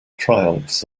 triumphs